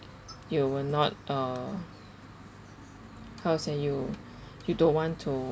you will not uh how you say you you don't want to